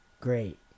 great